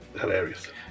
Hilarious